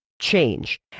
change